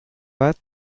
bat